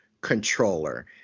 controller